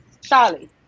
Charlie